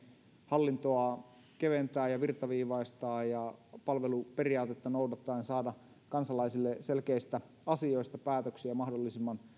hallintoa keventää ja virtaviivaistaa ja palveluperiaatetta noudattaen saada kansalaisille selkeistä asioista päätöksiä mahdollisimman